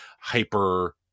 hyper